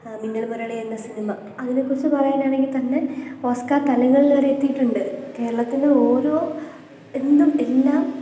മിന്നൽ മുരളി എന്ന സിനിമ അതിനെക്കുറിച്ച് പറയാനാണെങ്കിൽത്തന്നെ ഓസ്കാർ തലങ്ങളിൽ വരെ എത്തിയിട്ടുണ്ട് കേരളത്തിൻ്റെ ഓരോ എന്തും എല്ലാ